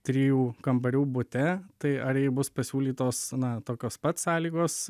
trijų kambarių bute tai ar jai bus pasiūlytos na tokios pat sąlygos